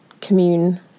commune